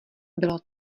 bylo